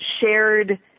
shared